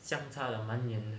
相差的蛮远的